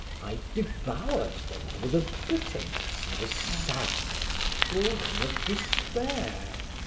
i devoured them with a bitterness and a sadness born of despair.